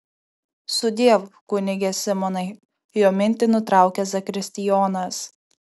sudiev kunige simonai jo mintį nutraukia zakristijonas